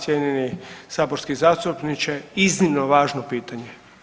Cijenjeni saborski zastupniče iznimno važno pitanje.